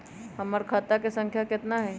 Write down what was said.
हमर खाता के सांख्या कतना हई?